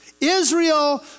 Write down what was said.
Israel